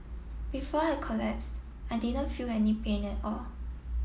before I collapse I didn't feel any pain at all